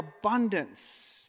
abundance